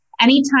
Anytime